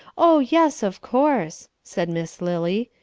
oh, yes, of course, said miss lily.